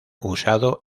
usado